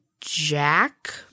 jack